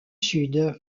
sud